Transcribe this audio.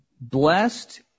blessed